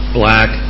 black